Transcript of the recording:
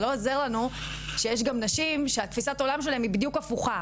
זה לא עוזר לנו כשיש נשים שתפיסת העולם שלהם היא בדיוק הפוכה,